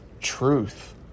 truth